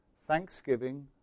Thanksgiving